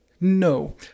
No